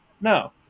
No